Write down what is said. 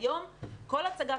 היום כל הצגה,